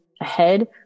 ahead